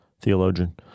theologian